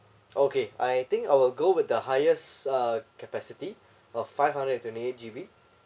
okay I think I will go with the highest uh capacity of five hundred and twenty eight G_B